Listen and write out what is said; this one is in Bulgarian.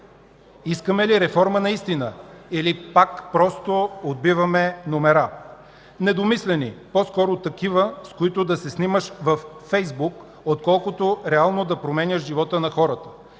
искаме ли реформа наистина, или пак просто отбиваме номера? Недомислени, по-скоро такива, с които да се снимаш във Фейсбук, отколкото реално да променяш живота на хората.